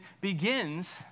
begins